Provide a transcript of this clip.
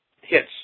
hits